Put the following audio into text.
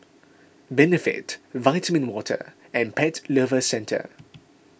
Benefit Vitamin Water and Pet Lovers Centre